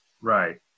right